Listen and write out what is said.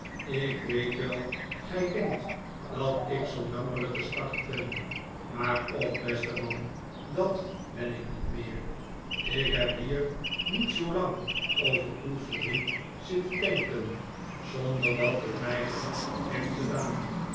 ik weet wel gij denkt dat ik zoo'n jammerlijke stakkerd ben maar och beste man dat ben ik niet meer ik heb hier niet zoo lang over uw verdriet zitten denken zonder dat het mij goed heeft gedaan